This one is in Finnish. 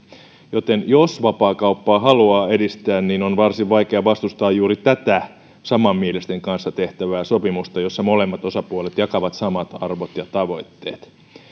joten jos vapaakauppaa haluaa edistää niin on varsin vaikea vastustaa juuri tätä samanmielisten kanssa tehtävää sopimusta jossa molemmat osapuolet jakavat samat arvot ja tavoitteet